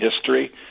history